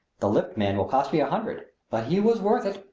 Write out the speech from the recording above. the lift man will cost me a hundred but he was worth it.